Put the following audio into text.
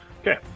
Okay